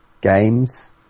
Games